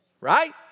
right